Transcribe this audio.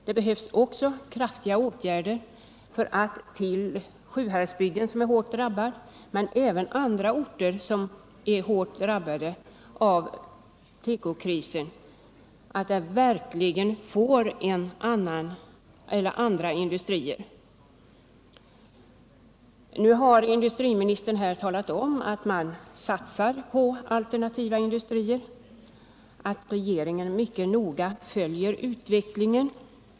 Det behövs också kraftfulla åtgärder, så att Sjuhäradsbygden och även andra orter som är hårt drabbade av tekokrisen verkligen får andra industrier. Nu har industriministern här talat om att man satsar på alternativa industrier och att regeringen mycket noga följer utvecklingen.